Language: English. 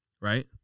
right